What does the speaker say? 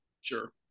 Sure